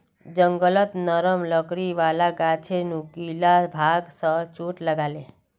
जंगलत नरम लकड़ी वाला गाछेर नुकीला भाग स चोट लाग ले